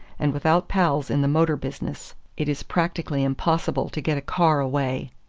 and without pals in the motor business it is practically impossible to get a car away.